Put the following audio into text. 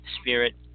spirit